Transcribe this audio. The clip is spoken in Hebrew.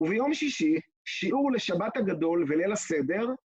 וביום שישי, שיעור לשבת הגדול וליל הסדר.